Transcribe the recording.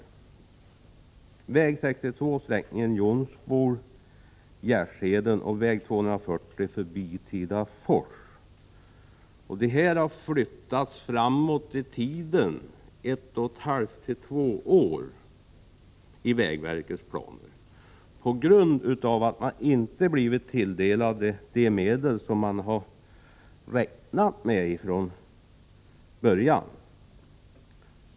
Ombyggnaden av väg 62, sträckningen Jonsbol-Jensheden, och väg 240 förbi Tidafors har flyttats framåt i tiden ett och ett halvt till två år i vägverkets planer på grund av att man inte fått de medel som man räknat med från första början.